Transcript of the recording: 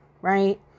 right